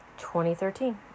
2013